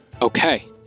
Okay